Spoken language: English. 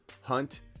Hunt